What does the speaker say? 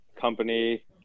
company